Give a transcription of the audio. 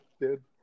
dude